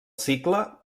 cicle